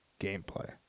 gameplay